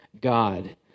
God